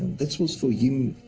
that was, for him,